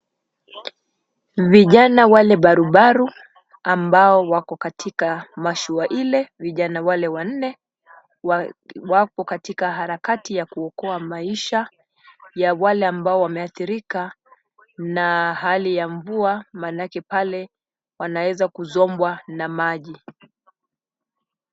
Vijana wale barubaru ambao wako katika mashua ile. Vijana wale wanne wako katika harakati ya kuokoa maisha ya wake ambao wameathirika na hali ya mvua manake pale wanaweza kusombwa na maji.